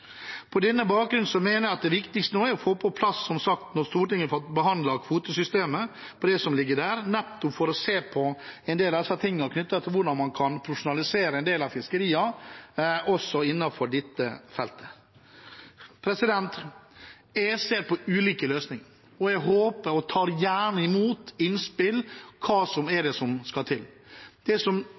få på plass – som sagt når Stortinget har fått behandlet det – et nytt kvotesystem og det som ligger der, nettopp for å se på en del av tingene knyttet til hvordan man kan profesjonalisere en del av fiskeriene også innenfor dette feltet. Jeg ser på ulike løsninger, og jeg tar gjerne imot innspill om hva det er som skal til. Det jeg ikke har tro på, er at de reketråltillatelsene som